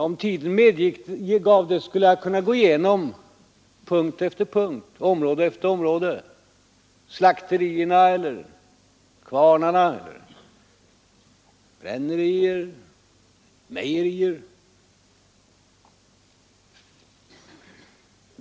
Om tiden medgav det skulle jag kunna gå igenom punkt efter punkt, område efter område: slakterierna, kvarnarna, brännerierna, mejerierna.